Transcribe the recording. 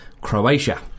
Croatia